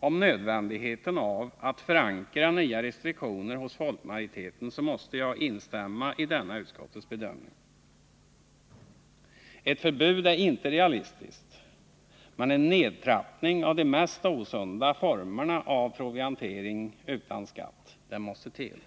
om nödvändigheten av att förankra nya restriktioner hos folkmajoriteten, så måste jag instämma i denna utskottets bedömning. Ett förbud är inte realistiskt, men en nedtrappning av de mest osunda formerna av proviantering utan skatt måste till.